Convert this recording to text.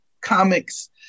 comics